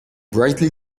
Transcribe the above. brightly